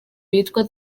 yitwa